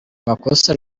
makosa